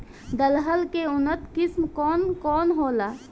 दलहन के उन्नत किस्म कौन कौनहोला?